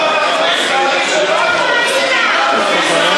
אנחנו מצטערים שבאנו.